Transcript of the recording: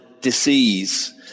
disease